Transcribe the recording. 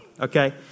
Okay